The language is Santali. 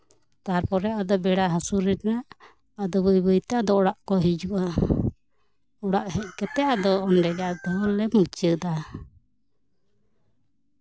ᱛᱟᱨᱯᱚᱨᱮ ᱟᱫᱚ ᱵᱮᱲᱟ ᱦᱟᱹᱥᱩᱨ ᱮᱱᱟ ᱟᱫᱚ ᱵᱟᱹᱭ ᱵᱟᱹᱭᱛᱮ ᱚᱲᱟᱜ ᱠᱚ ᱦᱤᱡᱩᱜᱼᱟ ᱚᱲᱟᱜ ᱦᱮᱡ ᱠᱟᱛᱮᱜ ᱟᱫᱚ ᱚᱱᱰᱮ ᱜᱮ ᱟᱫᱚ ᱞᱮ ᱢᱩᱪᱟᱹᱫᱟ